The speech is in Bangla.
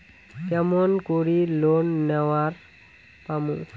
কেমন করি লোন নেওয়ার পামু?